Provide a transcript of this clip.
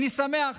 אני שמח,